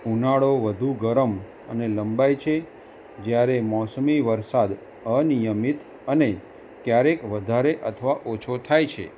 ઉનાળો વધુ ગરમ અને લંબાય છે જ્યારે મોસમી વરસાદ અનિયમિત અને ક્યારેક વધારે અથવા ઓછો થાય છે